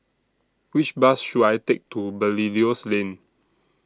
Which Bus should I Take to Belilios Lane